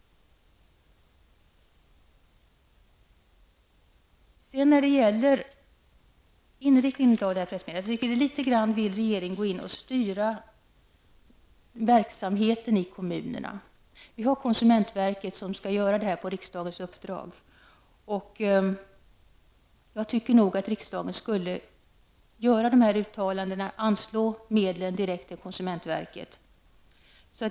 Men litet vill regeringen styra verksamheten i kommunerna. Vi har ju konsumentverket som agerar på riksdagens uppdrag, och jag tycker att riksdagen skall anslå medel direkt till konsumentverket.